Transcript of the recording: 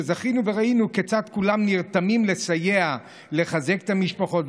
וזכינו וראינו כיצד כולם נרתמים לסייע לחזק את המשפחות,